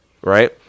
Right